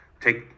take